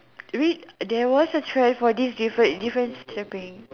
read there was a chair for this difference difference secret